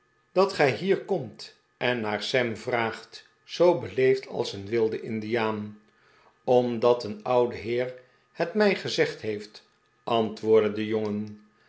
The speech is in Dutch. dat gij hier komt en naar sam vraagt zoo beleefd als een wilde indiaan omdat een oude heer het mij gezegd heeft antwoordde de jongen